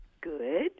Good